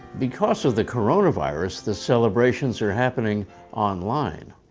because of the corona virus, the celebrations are happening online.